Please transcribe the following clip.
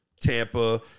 Tampa